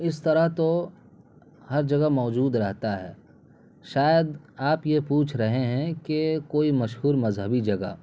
اس طرح تو ہر جگہ موجود رہتا ہے شاید آپ یہ پوچھ رہے ہیں کہ کوئی مشہور مذہبی جگہ